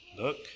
look